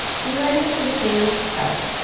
he led him to the king's cellar,